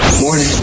Morning